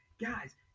Guys